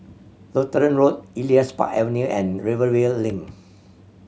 Lutheran Road Elias Park Avenue and Rivervale Link